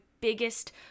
biggest